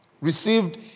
received